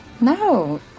No